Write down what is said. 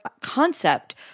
concept